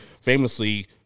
famously